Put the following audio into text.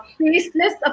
faceless